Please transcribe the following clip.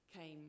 came